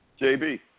JB